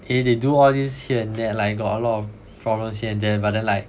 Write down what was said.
eh they they do all these here and there like got a lot of problems here and there but then like